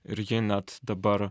ir ji net dabar